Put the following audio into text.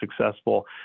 successful